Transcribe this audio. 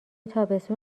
تابستون